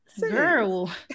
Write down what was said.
girl